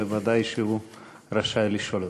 ודאי שהוא רשאי לשאול אותה.